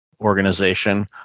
organization